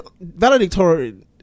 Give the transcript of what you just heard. valedictorian